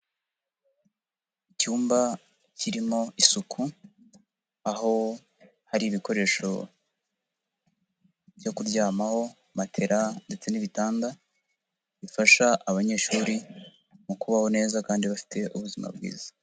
Icyumba kirimo isuku, aho hari ibikoresho byo kuryamaho, matera ndetse n'ibitanda bifasha abanyeshuri mu kubaho neza kandi bafite ubuzima bwiza.